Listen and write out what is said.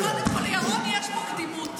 קודם כול, לירון יש פה קדימות.